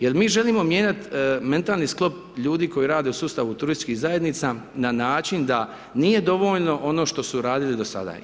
Jer mi želimo mijenjati mentalni sklop ljudi koji rade u sustavu turističkih zajednica, na način da nije dovoljno ono što su radili do sada.